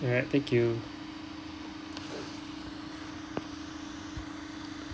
alright thank you